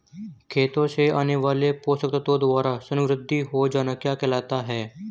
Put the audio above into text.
खेतों से आने वाले पोषक तत्वों द्वारा समृद्धि हो जाना क्या कहलाता है?